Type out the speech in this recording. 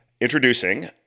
Introducing